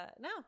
no